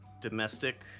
domestic